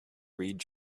read